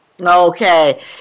Okay